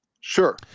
Sure